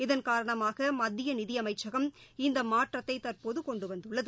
இதன் காரணமாகமத்தியநிதியமைச்சகம் இந்தமாற்றத்தைதற்போதுகொண்டுவந்துள்ளது